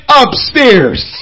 upstairs